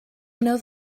knows